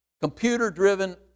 computer-driven